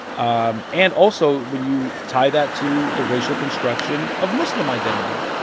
um and also, when you tie that to the racial construction of muslim identity,